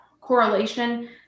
correlation